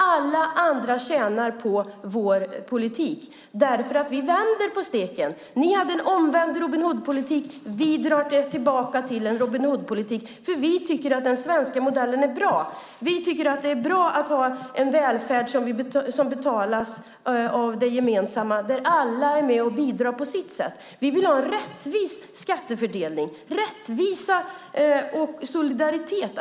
Alla andra tjänar på vår politik, för vi vänder på steken. Ni hade en omvänd Robin Hood-politik. Vi drar det tillbaka till en Robin Hood-politik, för vi tycker att den svenska modellen är bra. Vi tycker att det är bra att ha en välfärd som betalas av det gemensamma, där alla är med och bidrar på sitt sätt. Vi vill ha en rättvis skattefördelning, rättvisa och solidaritet.